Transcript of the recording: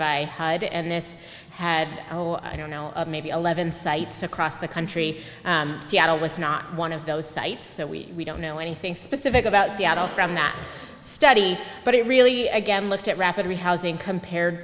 by hud and this had no i don't know maybe eleven sites across the country seattle was not one of those sites so we don't know anything specific about seattle from that study but it really again looked at rapidly housing compared